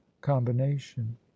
combination